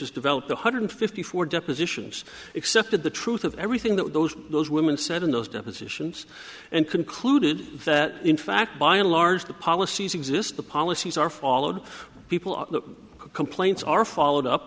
is developed a hundred fifty four depositions accepted the truth of everything that those those women said in those depositions and concluded that in fact by and large the policies exist the policies are followed people complaints are followed up